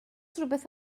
rhywbeth